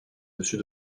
dessus